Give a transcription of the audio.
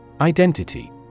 Identity